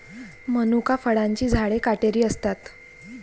मनुका फळांची झाडे काटेरी असतात